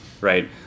right